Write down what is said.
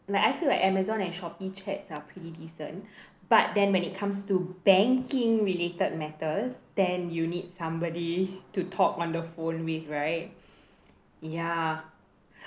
like I feel like Amazon and Shopee chats are pretty decent but then when it comes to banking related matters then you need somebody to talk on the phone with right ya